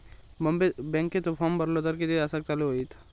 बँकेचो फार्म भरलो तर किती तासाक चालू होईत?